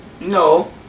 No